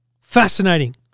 Fascinating